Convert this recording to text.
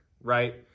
right